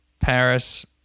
Paris